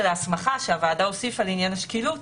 ההסמכה שהוועדה הוסיפה לעניין השקילות